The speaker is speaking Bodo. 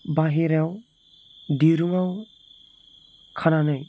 बाहेराव दिरुङाव खानानै